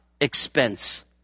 expense